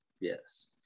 Yes